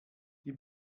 die